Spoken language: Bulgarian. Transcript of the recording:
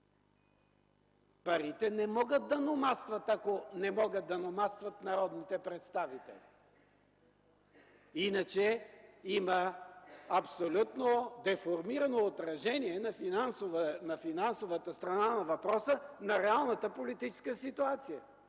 Парите не могат да номадстват, ако не могат да номадстват народните представители. Иначе има абсолютно деформирано отражение на финансовата страна на въпроса на реалната политическа ситуация.